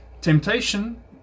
Temptation